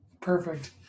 perfect